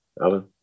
Alan